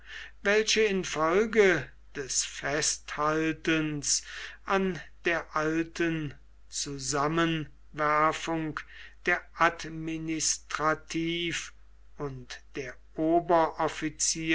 welche infolge des festhaltens an der alten zusammenwerfung der administrativ und der